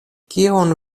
kion